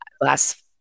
last